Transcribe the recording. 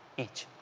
each.